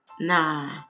Nah